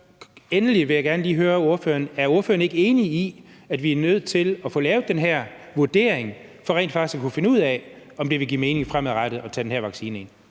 Så jeg vil endelig gerne lige høre ordføreren, om ordføreren ikke er enig i, at vi er nødt til at få lavet den her vurdering for rent faktisk at kunne finde ud af, om det vil give mening fremadrettet at tage den her vaccine ind.